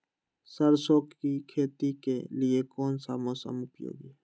सरसो की खेती के लिए कौन सा मौसम उपयोगी है?